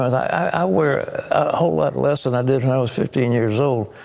i wear a whole lot less than i did when i was fifteen years old.